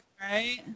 Right